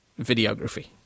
videography